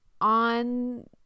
on